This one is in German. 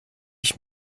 ich